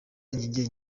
njye